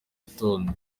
gitondo